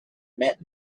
met